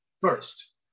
first